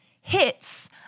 hits